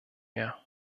mehr